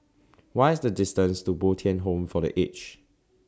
What IS The distance to Bo Tien Home For The Aged